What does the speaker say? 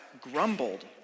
grumbled